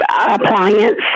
appliance